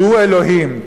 והוא אלוקים,